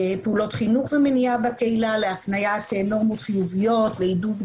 פעילויות חינוך ומניעה בקהילה להפניית נורמות חיוביות לעידוד